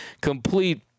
complete